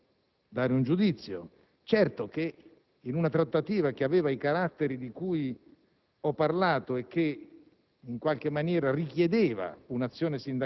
Non è compito mio decidere su questo e dare un giudizio. Certo è che in una trattativa che aveva i caratteri di cui ho parlato e che